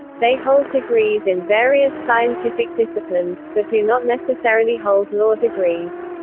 they hold degrees in various scientific disciplines, but do not necessarily hold law degrees.